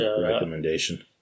recommendation